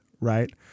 right